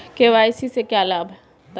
KYC से क्या लाभ होता है?